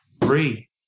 Three